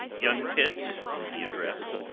young pitt, whom he addressed,